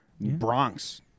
Bronx